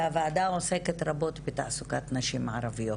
הוועדה עוסקת רבות בתעסוקת נשים ערביות.